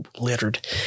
littered